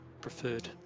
preferred